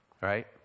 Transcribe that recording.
right